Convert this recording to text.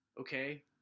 Okay